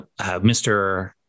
Mr